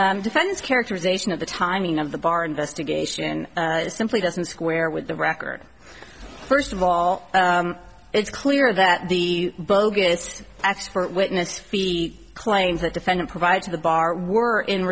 may defense characterization of the timing of the bar investigation simply doesn't square with the record first of all it's clear that the bogus expert witness fee claims that defendant provided to the bar were in